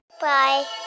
Bye